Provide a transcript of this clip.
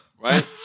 right